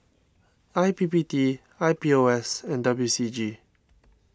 I P P T I P O S and W C G